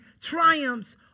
triumphs